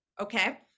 okay